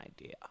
idea